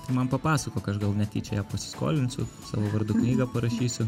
man papasakok aš gal netyčia ją pasiskolinsiu savo vardu knygą parašysiu